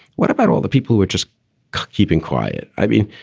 what about all the people we're just keeping quiet? i mean,